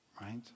right